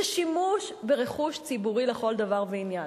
זה שימוש ברכוש ציבורי לכל דבר ועניין.